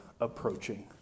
approaching